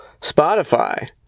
Spotify